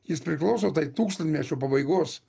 jis priklauso tai tūkstantmečių pabaigos